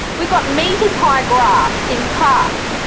we've got metres high grass in parks.